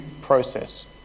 process